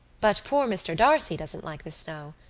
but poor mr. d'arcy doesn't like the snow,